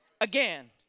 again